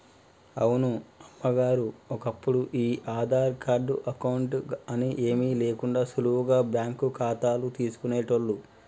అవును అమ్మగారు ఒప్పుడు ఈ ఆధార్ కార్డు అకౌంట్ అని ఏమీ లేకుండా సులువుగా బ్యాంకు ఖాతాలు తీసుకునేటోళ్లు